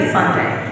Sunday